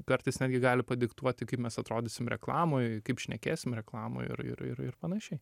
kartais netgi gali padiktuoti kaip mes atrodysim reklamoj kaip šnekėsim reklamoj ir ir ir ir panašiai